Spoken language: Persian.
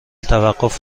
توقف